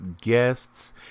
guests